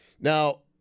Now